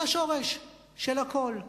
זה השורש של הכול.